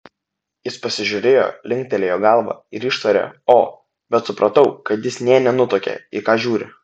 jis pasižiūrėjo linktelėjo galva ir ištarė o bet supratau kad jis nė nenutuokia į ką žiūri